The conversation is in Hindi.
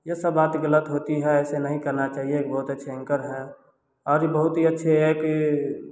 यह सब बात गलत होती है ऐसा नहीं करना चहिए एक बहुत ही अच्छे एंकर हैं और बहुत ही अच्छे ये है कि